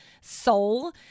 soul